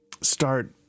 start